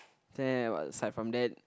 then it was like from then